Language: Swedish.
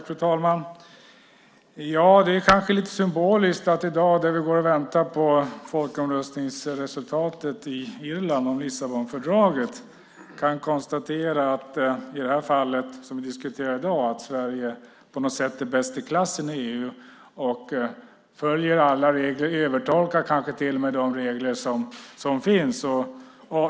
Fru talman! Det är kanske lite symboliskt att vi i dag, när vi går och väntar på folkomröstningsresultatet i Irland om Lissabonfördraget, kan konstatera att Sverige på något sätt är bäst i klassen i EU när det gäller det som vi diskuterar i dag. Vi följer alla regler och övertolkar kanske till och med de regler som finns.